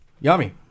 Yummy